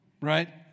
right